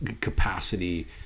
capacity